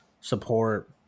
support